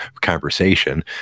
conversation